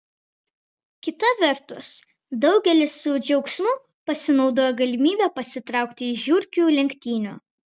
kita vertus daugelis su džiaugsmu pasinaudoja galimybe pasitraukti iš žiurkių lenktynių